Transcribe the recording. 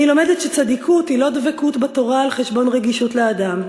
אני לומדת שצדיקות היא לא דבקות בתורה על חשבון רגישות לאדם.